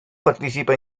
participa